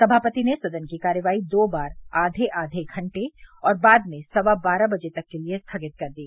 समापति ने सदन की कार्यवाही दो बार आधे आधे घंटे और बाद में सवा बारह बजे तक के लिए स्थगित कर दी